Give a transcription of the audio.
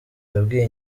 yabwiye